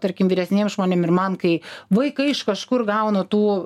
tarkim vyresniem žmonėm ir man kai vaikai iš kažkur gauna tų